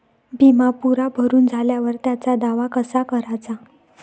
बिमा पुरा भरून झाल्यावर त्याचा दावा कसा कराचा?